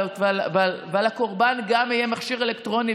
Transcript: וגם על הקורבן יהיה מכשיר אלקטרוני,